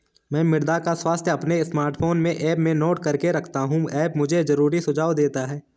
मैं मृदा का स्वास्थ्य अपने स्मार्टफोन में ऐप में नोट करके रखता हूं ऐप मुझे जरूरी सुझाव देता है